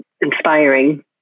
inspiring